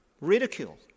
ridicule